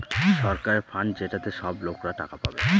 সরকারের ফান্ড যেটাতে সব লোকরা টাকা পাবে